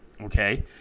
Okay